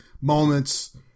moments